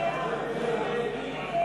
משק המדינה (תיקון, חובת דיון על יעדי תקציב)